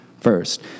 first